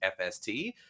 fst